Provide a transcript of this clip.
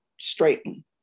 straighten